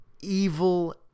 evil